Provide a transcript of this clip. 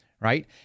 right